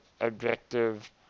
objective